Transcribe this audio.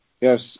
Yes